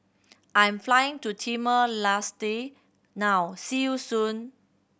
I'm flying to Timor Leste now see you soon